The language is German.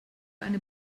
eine